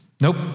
Nope